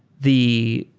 the